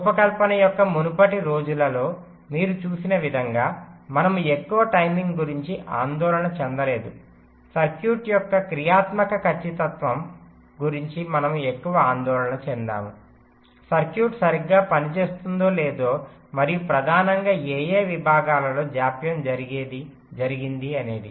రూపకల్పన యొక్క మునుపటి రోజులలో మీరు చూసిన విధంగా మనము ఎక్కువ టైమింగ్ గురించి ఆందోళన చెందలేదు సర్క్యూట్ యొక్క క్రియాత్మక ఖచ్చితత్వం గురించి మనము ఎక్కువ ఆందోళన చెందాము సర్క్యూట్ సరిగ్గా పనిచేస్తుందో లేదో మరియు ప్రధానంగా ఏయే విభాగాలలో జాప్యం జరిగింది అనేది